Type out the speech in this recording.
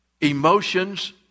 Emotions